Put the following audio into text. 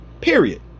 Period